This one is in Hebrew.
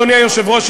אדוני היושב-ראש,